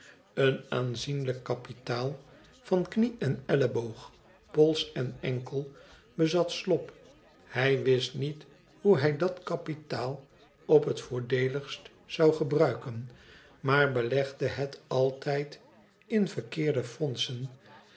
een aanzienlijk kapitaal van knie en elleboog pols en enkel bezat slop hij wist niet hoe hij dat kapitaal op het voordeeligst zou p e bruiken maar belegde het altijd in verkeerde fondsen